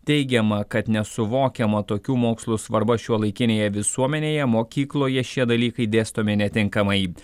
teigiama kad nesuvokiama tokių mokslų svarba šiuolaikinėje visuomenėje mokykloje šie dalykai dėstomi netinkamai